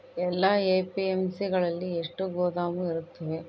ಎಲ್ಲಾ ಎ.ಪಿ.ಎಮ್.ಸಿ ಗಳಲ್ಲಿ ಎಷ್ಟು ಗೋದಾಮು ಇರುತ್ತವೆ?